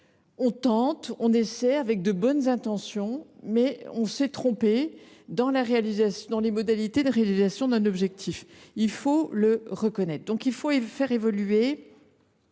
On tente, on essaie avec de bonnes intentions, mais si l’on s’est trompé dans les modalités de réalisation d’un objectif, il faut le reconnaître et le faire évoluer.